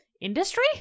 industry